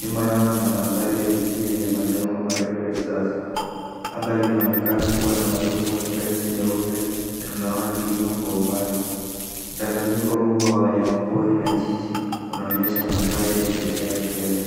Nyuma yao kuna mandhari ya jiji lenye majengo marefu ya kisasa. Anga linaonekana kuwa na mawingu mepesi meupe na tunaona milima kwa umbali. Mchanganyiko huu wa wanyamapori na jiji unaonyesha mandhari ya kipekee ya Kenya.